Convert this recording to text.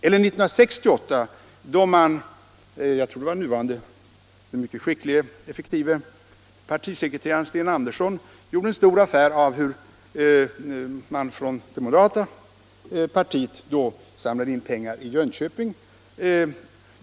Jag kan också peka på 1968, då den mycket skicklige och effektive partisekreteraren Sten Andersson gjorde en stor affär av hur moderata samlingspartiet samlade in pengar i Jönköping.